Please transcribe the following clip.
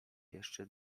jeszcze